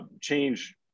change